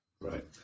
Right